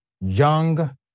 Young